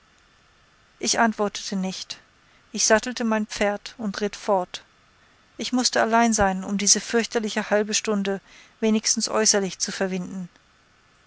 ich antwortete nicht ich sattelte mein pferd und ritt fort ich mußte allein sein um diese fürchterliche halbe stunde wenigstens äußerlich zu verwinden